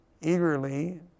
eagerly